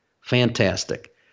Fantastic